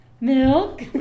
Milk